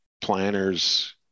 planner's